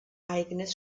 eigenes